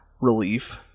relief